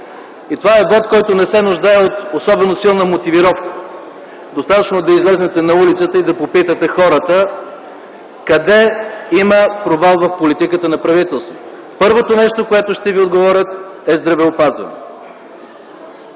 И това е вот, който не се нуждае от особено силна мотивировка. Достатъчно е да излезете на улицата и да попитате хората: къде има провал в политиката на правителството? Първото нещо, което ще ви отговорят, е здравеопазването.